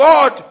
God